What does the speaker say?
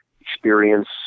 experience